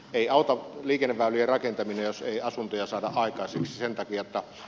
ei auta liikenneväylien rakentaminen jos ei asuntoja saada aikaisemmissa tappiota